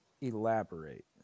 Elaborate